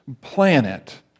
planet